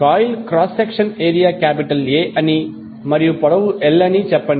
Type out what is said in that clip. coil cross sectional area A అని మరియు పొడవు l అని చెప్పండి